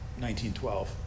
1912